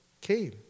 came